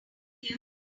here